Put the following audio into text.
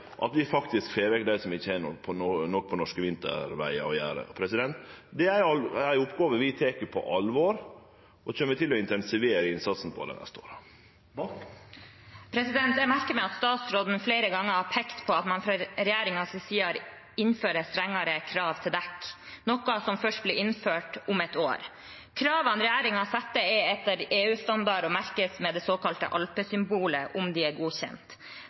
at vi faktisk får vekk dei som ikkje har noko på norske vintervegar å gjere. Det er ei oppgåve vi tek på alvor, og vi kjem til å intensivere innsatsen dei neste åra. Jeg merker meg at statsråden flere ganger har pekt på at man fra regjeringens side har innført strengere krav til dekk, noe som først blir innført om et år. Kravene regjeringen setter, er etter EU-standard og merkes med det såkalte alpesymbolet, om de er godkjent.